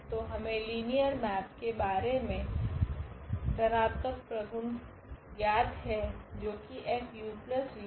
तो हमे linear map के बारे मे घनात्मक प्रगुण ज्ञात है जो कि Fuv FF हैं